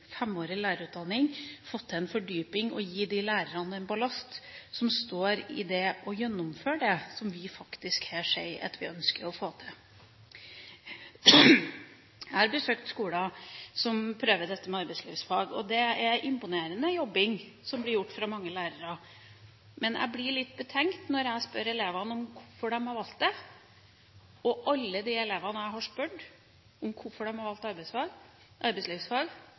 femårig lærerutdanning, fått til en fordypning og gitt de lærerne en ballast – de som står i det, og gjennomfører det som vi faktisk her sier at vi ønsker å få til. Jeg har besøkt skoler som prøver dette med arbeidslivsfag, og det er imponerende jobb som blir gjort av mange lærere. Men jeg blir litt betenkt når jeg spør elevene om hvorfor de har valgt det. Alle de elevene jeg har spurt hvorfor de har valgt arbeidslivsfag,